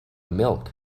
milk